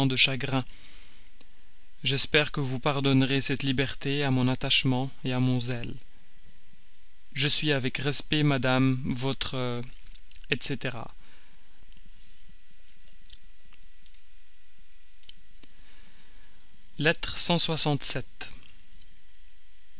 de chagrins j'espère que vous pardonnerez cette liberté à mon attachement à mon zèle je suis avec respect madame votre etc